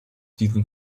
diesem